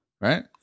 right